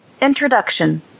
Introduction